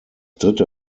dritte